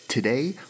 Today